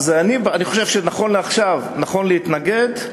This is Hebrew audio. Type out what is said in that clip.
אז אני חושב שנכון לעכשיו, נכון להתנגד.